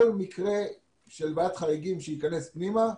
כל מקרה של ועדת חריגים שייכנס פנימה,